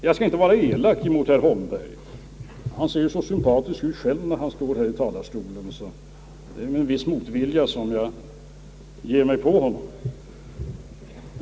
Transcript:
Jag skall inte vara elak mot herr Holmberg. Han ser ju så sympatisk ut när han står här i talarstolen, så det är med viss motvilja som jag ger mig på honom.